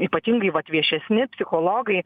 ypatingai vat viešesni psichologai